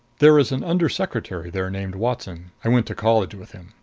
there is an under-secretary there named watson i went to college with him.